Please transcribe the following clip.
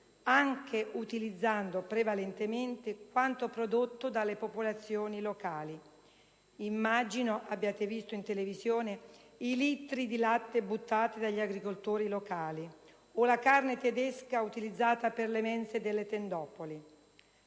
anche utilizzando prevalentemente quanto prodotto dalle popolazioni locali. Immagino abbiate visto in televisione i litri di latte buttati dagli agricoltori locali o la carne tedesca utilizzata per le mense delle tendopoli.